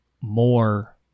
more